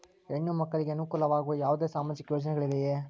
ಹೆಣ್ಣು ಮಕ್ಕಳಿಗೆ ಅನುಕೂಲವಾಗುವ ಯಾವುದೇ ಸಾಮಾಜಿಕ ಯೋಜನೆಗಳಿವೆಯೇ?